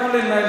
תנו לי לנהל.